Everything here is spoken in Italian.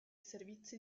servizi